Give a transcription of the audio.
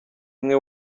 umwe